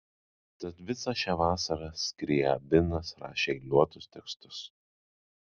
tad visą šią vasarą skriabinas rašė eiliuotus tekstus